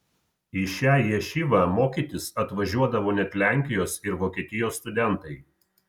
į šią ješivą mokytis atvažiuodavo net lenkijos ir vokietijos studentai